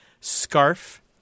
scarf